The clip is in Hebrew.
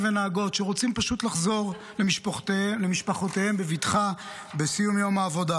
ונהגות שרוצים פשוט לחזור למשפחותיהם בבטחה בסיום יום העבודה.